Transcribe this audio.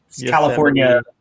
California